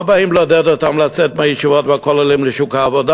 לא באים לעודד אותם לצאת מהישיבות והכוללים לשוק העבודה.